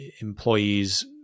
employees